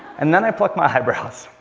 and then i pluck my eyebrows.